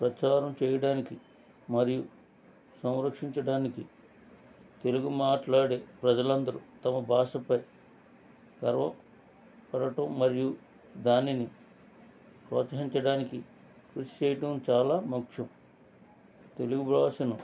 ప్రచారం చేయడానికి మరియు సంరక్షించడానికి తెలుగు మాట్లాడే ప్రజలందరూ తమ భాషపై గర్వ పడటం మరియు దానిని ప్రోత్సహించడానికి కృషి చేయడం చాలా ముఖ్యం తెలుగు భాషను